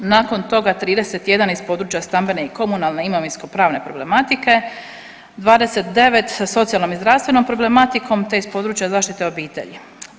Nakon toga 31 iz područja stambene i komunalne, imovinsko-pravne problematike, 29 sa socijalnom i zdravstvenom problematikom, te iz područja zaštite obitelji.